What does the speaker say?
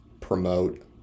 promote